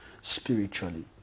spiritually